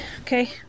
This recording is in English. okay